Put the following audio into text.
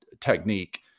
technique